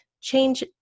change